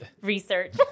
research